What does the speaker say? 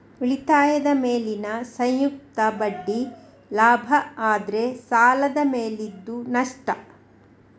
ಉಳಿತಾಯದ ಮೇಲಿನ ಸಂಯುಕ್ತ ಬಡ್ಡಿ ಲಾಭ ಆದ್ರೆ ಸಾಲದ ಮೇಲಿದ್ದು ನಷ್ಟ